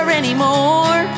anymore